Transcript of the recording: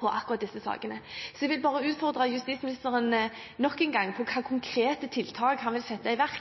på akkurat disse sakene. Jeg vil nok en gang utfordre justisministeren på hvilke konkrete tiltak han vil sette i verk